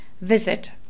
visit